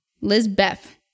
Lizbeth